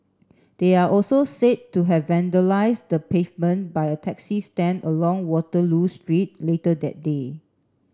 they are also said to have vandalised the pavement by a taxi stand along Waterloo Street later that day